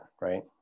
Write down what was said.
right